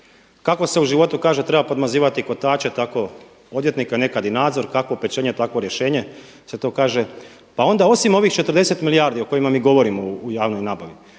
Kako se u životu kaže treba podmazivati kotače, tako i odvjetnika, nekad i nadzor, kakvo pečenje, takvo rješenje se to kaže. Pa onda osim ovih 40 milijardi o kojima mi govorimo u javnoj nabavi